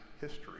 history